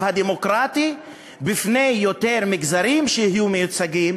הדמוקרטי בפני יותר מגזרים שלא יהיו מיוצגים